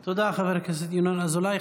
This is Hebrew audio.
תודה, חבר הכנסת ינון אזולאי.